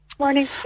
Morning